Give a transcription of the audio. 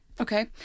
Okay